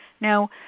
Now